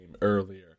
earlier